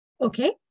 Okay